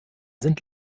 sind